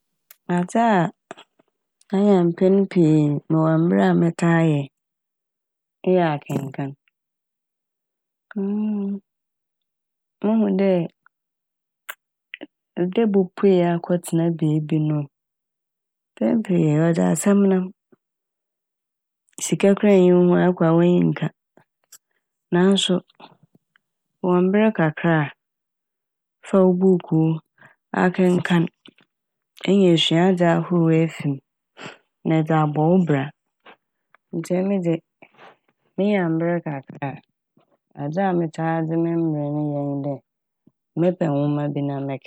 Adze a ɔyɛ a mpɛn pii mowɔ mber a metaa yɛ eyɛ akenkan. Muhu dɛ dɛ ebopuei akɔtsena beebi no mpɛn pii ɔdze asɛm nam. Sika koraa nnyi wo ho a ɛkɔ a w'enyi nka naaso ewɔ mber kakra a afa wo buukuu akenkan enya esuadze ahorow efi m' na ɛdze abɔ wo bra ntsi emi dze minya mber kakra a, adze a metaa dze me mber ne yɛ nye dɛ mepɛ nwoma bi na mekenkan.